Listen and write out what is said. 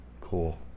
Cool